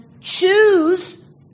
choose